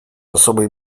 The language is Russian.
особой